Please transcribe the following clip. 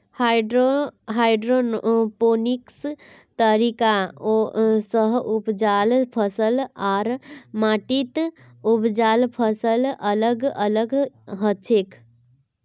hydroponics तरीका स उपजाल फसल आर माटीत उपजाल फसल अलग अलग हछेक